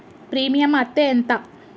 Premium అత్తే ఎంత?